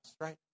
right